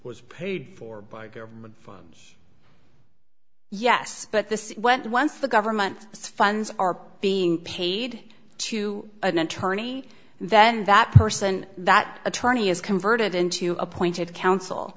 was paid for by government yes but this went once the government funds are being paid to an attorney and then that person that attorney is converted into appointed counsel